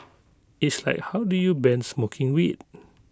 it's like how do you ban smoking weed